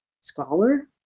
scholar